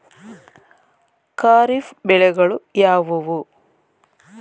ಖಾರಿಫ್ ಬೆಳೆಗಳು ಯಾವುವು?